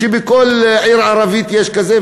שבכל עיר ערבית יש כזה,